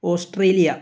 Australia